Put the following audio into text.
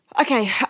okay